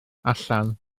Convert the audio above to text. allan